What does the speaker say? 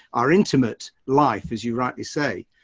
our intimate life as you rightly say.